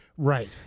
Right